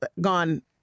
gone